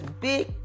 big